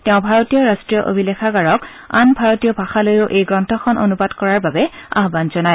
তেওঁ ভাৰতীয় ৰাট্টীয় অভিলেখাগাৰক আন ভাৰতীয় ভাষালৈও এই গ্ৰন্থখন অনুবাদ কৰাৰ বাবে আহ্মন জনায়